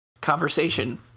conversation